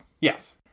Yes